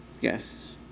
Yes